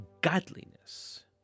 godliness